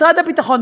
משרד הביטחון,